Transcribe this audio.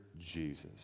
Jesus